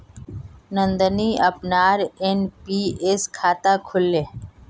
नंदनी अपनार एन.पी.एस खाता खोलले